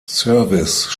service